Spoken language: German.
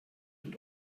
und